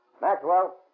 Maxwell